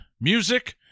music